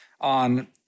on